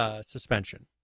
suspension